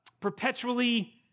perpetually